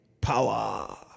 Power